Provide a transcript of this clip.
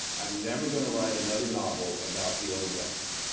i'm never going to write another novel about the old west.